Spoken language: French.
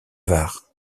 var